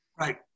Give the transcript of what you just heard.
Right